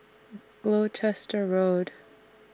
Gloucester Road